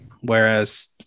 Whereas